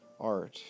art